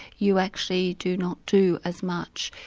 you actually do not do as much.